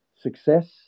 success